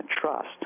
trust